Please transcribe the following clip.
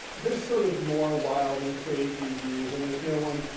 there's sort of more wild and crazy views, and there's no one.